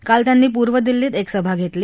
काल त्यांनी पूर्व दिल्लीत एक सभा घेतली